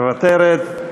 מוותרת.